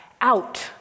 out